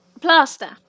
Plaster